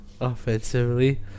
Offensively